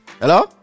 Hello